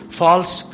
false